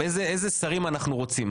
איזה שרים אנחנו רוצים,